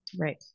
Right